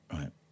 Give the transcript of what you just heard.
Right